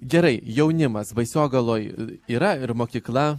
gerai jaunimas baisogaloj yra ir mokykla